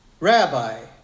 Rabbi